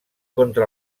contra